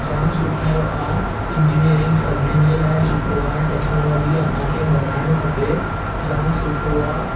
जाम सुठा ई आहे इंजीनियरिंग सभिनीनि जे लाइ सुठो आहे टेक्नोलॉजी असांखे बराइण खपे जाम सुठो आहे